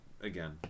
Again